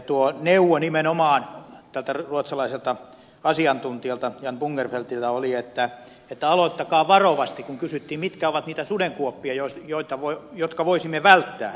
tuo neuvo nimenomaan tältä ruotsalaiselta asiantuntijalta jan bungerfeldtiltä oli että aloittakaa varovasti kun kysyttiin mitkä ovat niitä sudenkuoppia jotka voisimme välttää